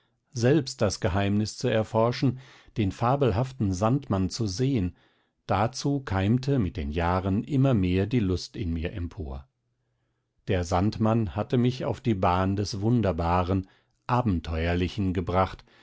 selbst das geheimnis zu erforschen den fabelhaften sandmann zu sehen dazu keimte mit den jahren immer mehr die lust in mir empor der sandmann hatte mich auf die bahn des wunderbaren abenteuerlichen gebracht